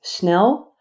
snel